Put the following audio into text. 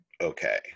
okay